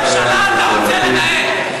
איזה ממשלה אתה רוצה לנהל?